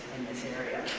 this area.